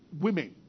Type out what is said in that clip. Women